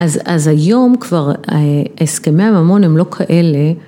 אז אז היום כבר ההסכמי הממון הם לא כאלה.